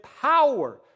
power